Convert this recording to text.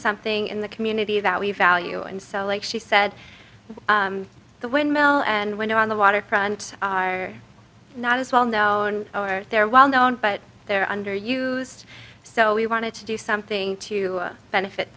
something in the community that we value and so like she said the windmill and window on the waterfront are not as well known or they're well known but they're underused so we wanted to do something to benefit